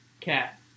Cat